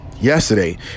yesterday